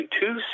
two